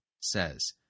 says